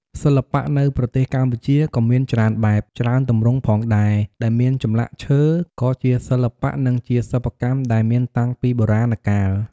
សិល្បៈនៅប្រទេសកម្ពុជាក៏មានច្រើនបែប ច្រើនទម្រង់ផងដែរដែលមានចម្លាក់ឈើក៏ជាសិល្បៈនិងជាសិប្បកម្មដែលមានតាំងពីបុរាណកាល។